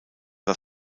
das